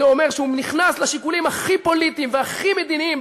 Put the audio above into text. זה אומר שהוא נכנס לשיקולים הכי פוליטיים והכי מדיניים,